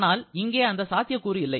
ஆனால் இங்கே அந்த சாத்தியக்கூறு இல்லை